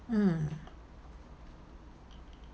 mm